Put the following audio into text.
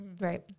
Right